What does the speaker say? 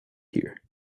here